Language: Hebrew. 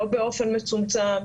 לא באופן מצומצם,